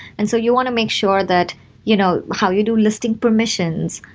and so you want to make sure that you know how you do listing permissions,